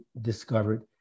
discovered